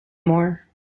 more